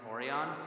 Orion